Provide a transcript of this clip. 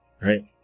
right